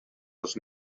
dos